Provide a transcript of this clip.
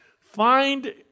Find